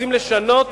רוצים לשנות